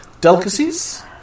Delicacies